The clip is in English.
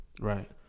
Right